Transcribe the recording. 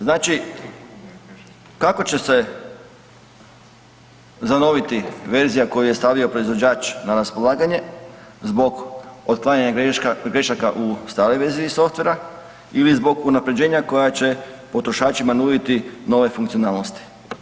Znači kako će se ... verzija koju je stavio proizvođač na raspolaganje zbog otklanjanje grešaka u staroj verziji softvera ili zbog unaprjeđenja koja će potrošačima nuditi nove funkcionalnosti?